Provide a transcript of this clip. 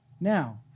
Now